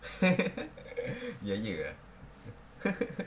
ya ya ah